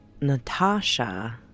Natasha